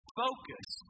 focus